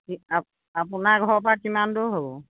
আ আপোনাৰ ঘৰৰ পৰা কিমান দূৰ হ'ব